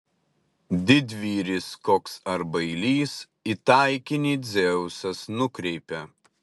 didvyris koks ar bailys į taikinį dzeusas nukreipia